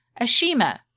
Ashima